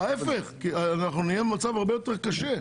אנחנו נהיה במצב הרבה יותר קשה.